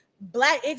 black